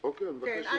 אוקי, אני מבקש שיירשם.